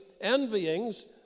envyings